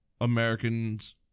Americans